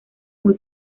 muy